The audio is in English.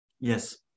Yes